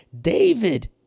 David